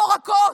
מפורקות,